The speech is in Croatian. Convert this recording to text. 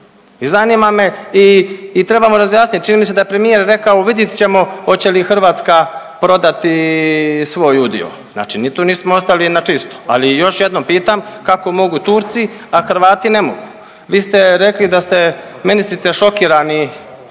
I zanima me, i trebamo razjasniti, čini mi se da je premijer rekao vidit ćemo oće li Hrvatska prodati svoj udio, znači ni tu nismo ostali na čisto. Ali još jednom pitam kako mogu Turci, a Hrvati ne mogu. Vi ste rekli da ste, ministrice, šokirana